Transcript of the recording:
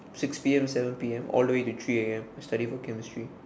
six P_M seven P_M all the way to three A_M to study for chemistry